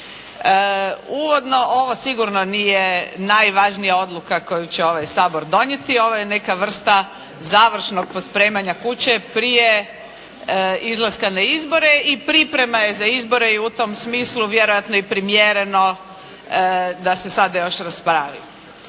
Uvodno ovo sigurno nije najvažnija odluka koju će ovaj Sabor donijeti, ovo je neka vrsta završnog pospremanja kuće prije izlaska na izbore i pripreme za izbore i u tom smislu vjerojatno je primjereno da se sada još raspravi.